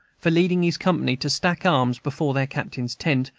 for leading his company to stack arms before their captain's tent,